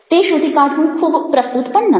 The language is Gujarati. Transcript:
તે શોધી કાઢવું ખૂબ પ્રસ્તુત પણ નથી